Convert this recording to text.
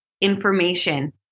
information